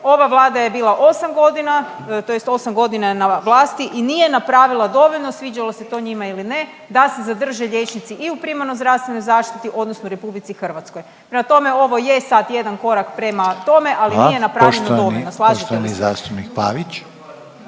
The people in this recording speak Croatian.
Ova Vlada je bila 8 godina, tj. 8 godina je na vlasti i nije napravila dovoljno sviđalo se to njima ili ne da se zadrže liječnici i u primarnoj zdravstvenoj zaštiti, odnosno Republici Hrvatskoj. Prema tome, ovo je sad jedan korak prema tome, ali nije … …/Upadica